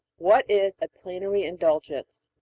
what is a plenary indulgence?